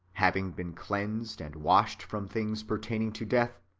having been cleansed and washed from things pertaining to death,